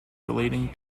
relating